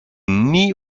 nie